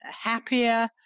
happier